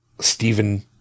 Stephen